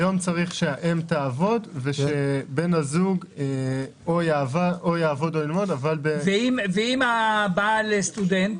היום צריך שהאם תעבוד ושבן הזוג או יעבוד או ילמד- -- ואם הבעל סטודנט?